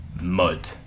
mud